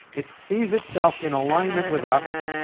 it sees itself in alignment with us,